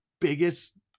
biggest